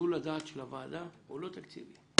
ששיקול הדעת של הוועדה הוא לא תקציבי.